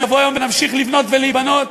יבוא היום ונמשיך לבנות ולהיבנות,